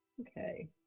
Okay